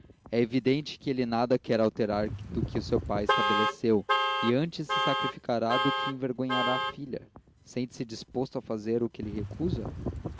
é evidente que ele nada quer alterar do que seu pai estabeleceu e antes se sacrificará do que envergonhará a filha sente-se disposto a fazer o que ele recusa